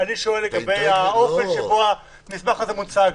שואל לגבי האופן שבו המסמך הזה מוצג.